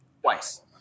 Twice